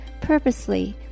Purposely